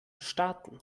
starten